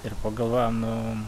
ir pagalvojom nu